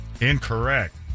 Incorrect